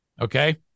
Okay